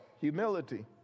Humility